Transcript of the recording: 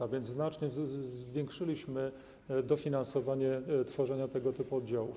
A więc znacznie zwiększyliśmy dofinansowanie tworzenia tego typu oddziałów.